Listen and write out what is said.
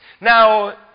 Now